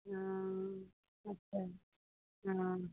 ओ अच्छा ओ